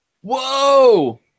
Whoa